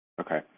okay